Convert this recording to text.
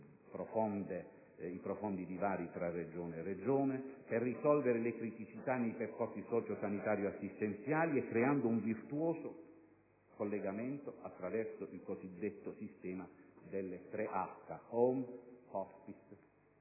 superando i profondi divari tra Regione e Regione, risolvendo le criticità nei percorsi socio-sanitario-assistenziali e creando un virtuoso collegamento attraverso il cosiddetto sistema delle "tre H" (*home*, *hospice,*